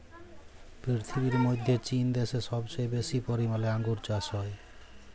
পীরথিবীর মধ্যে চীন দ্যাশে সবচেয়ে বেশি পরিমালে আঙ্গুর চাস হ্যয়